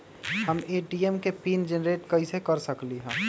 हम ए.टी.एम के PIN generate कईसे कर सकली ह?